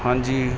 ਹਾਂਜੀ